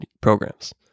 programs